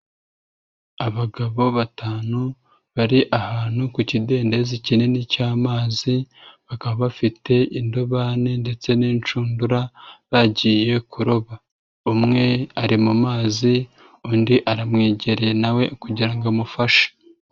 Abagabo batanu bari ahantu ku kidendezi kinini cy'amazi, bakaba bafite indobani ndetse n'inshundura bagiye kuroba, umwe ari mu mazi undi aramwegereye na we kugira ngo amufashe.